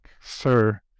sir